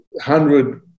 hundred